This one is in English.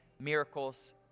miracles